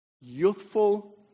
youthful